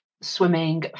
swimming